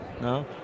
No